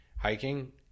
hiking